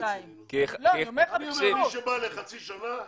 מי שבא לחצי שנה,